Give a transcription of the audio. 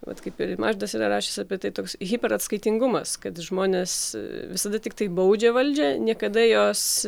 vat kaip ir mažvydas yra rašęs apie tai toks hiperatskaitingumas kad žmonės visada tiktai baudžia valdžią niekada jos